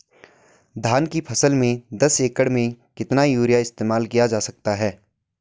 धान की फसल में दस एकड़ में कितना यूरिया इस्तेमाल किया जा सकता है?